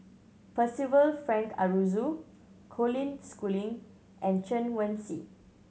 Percival Frank Aroozoo Colin Schooling and Chen Wen Hsi